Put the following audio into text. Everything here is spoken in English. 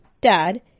Dad